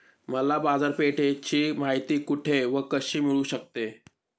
मला बाजारपेठेची माहिती कुठे व कशी मिळू शकते?